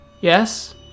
yes